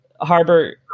Harbor